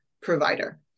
provider